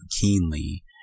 keenly